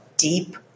deep